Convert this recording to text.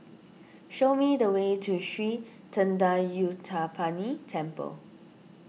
show me the way to Sri thendayuthapani Temple